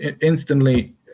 instantly